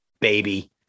Baby